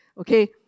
okay